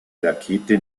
rakete